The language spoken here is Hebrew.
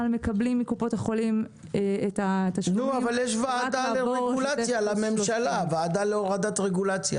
מקבלים מקופת החולים רק אחרי שוטף פלוס 30. יש ועדה להורדת רגולציה.